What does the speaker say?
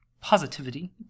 positivity